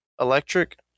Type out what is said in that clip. electric